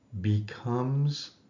becomes